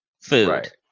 food